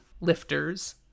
lifters